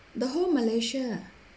the whole malaysia ah